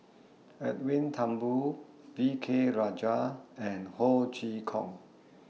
Edwin Thumboo V K Rajah and Ho Chee Kong